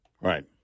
Right